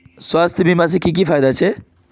स्वास्थ्य बीमा से की की फायदा छे?